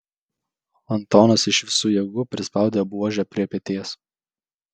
antonas iš visų jėgų prispaudė buožę prie peties